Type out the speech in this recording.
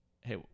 hey